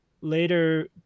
later